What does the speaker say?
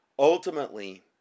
Ultimately